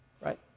right